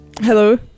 Hello